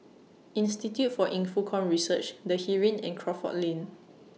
Institute For Infocomm Research The Heeren and Crawford Lane